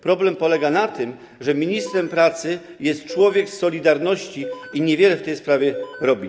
Problem polega na tym, że ministrem pracy jest człowiek z „Solidarności”, który niewiele w tej sprawie robi.